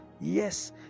Yes